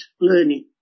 learning